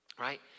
right